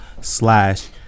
Slash